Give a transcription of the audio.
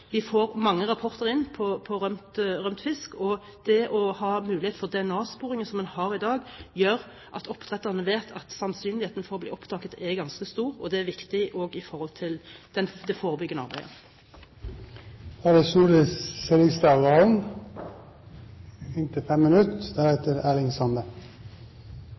vi får mange rapporter inn om rømt fisk. Det å ha mulighet for DNA-sporing, som man har i dag, gjør at oppdretterne vet at sannsynligheten for å bli oppdaget er ganske stor. Det er også viktig i det forebyggende arbeidet. Situasjonen for norsk villaks er svært alvorlig. Det